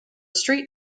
street